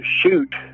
shoot